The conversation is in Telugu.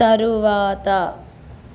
తరువాత